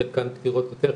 חלקן פתירות יותר,